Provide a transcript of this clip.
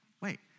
Wait